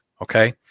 Okay